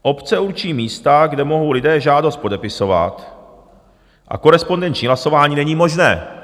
Obce určí místa, kde mohou lidé žádost podepisovat, a korespondenční hlasování není možné.